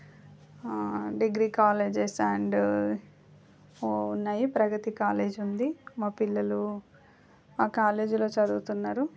degree colleges and ఉన్నాయి Pragati college ఉంది మా పిల్లలు ఆ కాలేజీలో చదువుతున్నారు